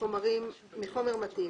מחומר מתאים"."